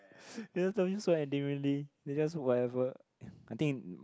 they just love you so endearingly they just whatever I think